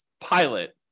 pilot